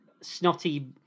snotty